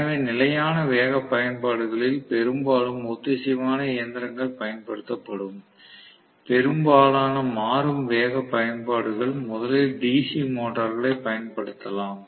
எனவே நிலையான வேக பயன்பாடுகளில் பெரும்பாலும் ஒத்திசைவான இயந்திரங்கள் பயன்படுத்தப்படும் பெரும்பாலான மாறும் வேக பயன்பாடுகள் முதலில் டிசி மோட்டார்களைப் பயன்படுத்தலாம்